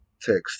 text